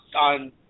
on